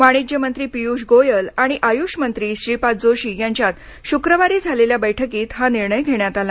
वाणिज्य मंत्री पियुष गोयल आणि आयुष मंत्री श्रीपाद जोशी यांच्यात शुक्रवारी झालेल्या बैठकीत हा निर्णय घेण्यात आला